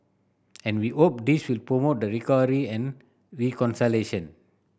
and we hope this will promote the recovery and reconciliation